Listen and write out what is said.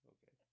Okay